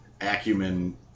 acumen